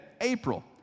April